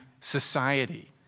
society